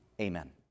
Amen